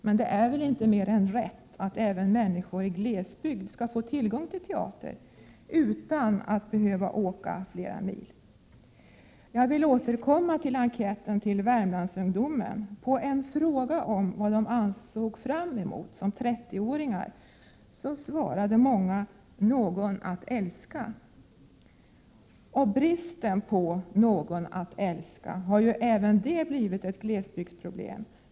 Men det är väl inte mer än rätt att även människor i glesbygd skall få tillgång till teater utan att behöva åka flera mil. Jag vill återkomma till enkäten till Värmlandsungdomen. På en fråga om vad de såg fram emot som 30-åringar svarade många ”någon att älska”. Bristen på ”någon att älska” har ju även det blivit ett glesbygdsproblem.